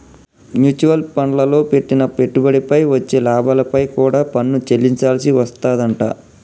mutual ఫండ్లల్లో పెట్టిన పెట్టుబడిపై వచ్చే లాభాలపై కూడా పన్ను చెల్లించాల్సి వస్తాదంట